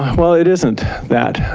well it isn't that.